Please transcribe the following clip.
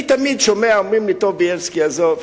אני תמיד שומע, אומרים לי: בילסקי, עזוב.